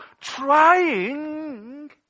trying